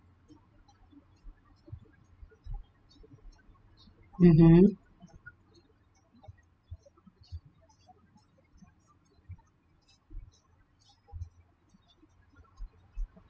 mmhmm